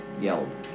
yelled